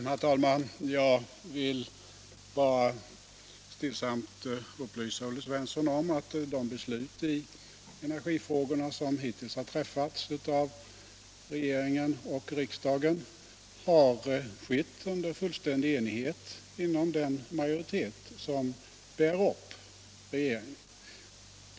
Herr talman! Jag vill bara stillsamt upplysa Olle Svensson om att de beslut i energifrågorna som hittills har träffats av regeringen och riksdagen har fattats under fullständig enighet inom den majoritet som bär upp regeringen.